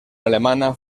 alemana